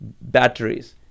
batteries